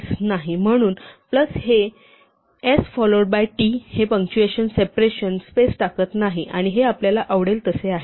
म्हणून प्लस हे s followed by t हे पंक्चुएशन सेपरेशन स्पेस टाकत नाही आणि हे आपल्याला आवडेल तसे आहे